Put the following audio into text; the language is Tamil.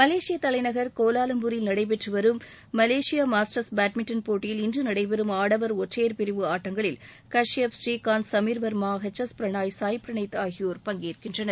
மலேசியா தலைநகர் கோலாலம்பூரில் நடைபெற்றுவரும் மலேசியா மாஸ்டர்ஸ் பேட்மிண்ட்டன் போட்டியில் இன்று நடைபெறும் ஆடவர் ஒற்றையர் பிரிவு ஆட்டங்களில் கஷ்யப் ஸ்ரீகாந்த் சமீர் வர்மா எச் எஸ் பிரணாய் சாய் பிரணீத் ஆகியோர் பங்கேற்கின்றனர்